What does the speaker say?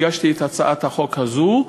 הגשתי את הצעת החוק הזו,